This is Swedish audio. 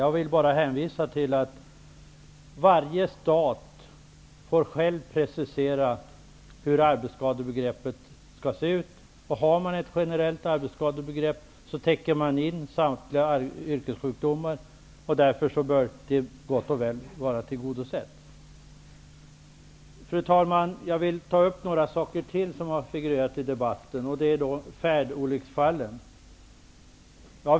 Jag vill bara hänvisa till att varje stat själv får precisera hur arbetsskadebegreppet skall se ut. Har man ett generellt arbetsskadebegrepp täcker man in samtliga yrkessjukdomar. Därför bör behovet vara gott och väl tillgodosett. Fru talman! Jag vill ta upp ytterligare några saker som figurerat i debatten. Till att börja med gäller det färdolycksfallen.